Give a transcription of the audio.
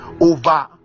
over